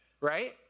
right